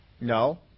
No